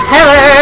Hello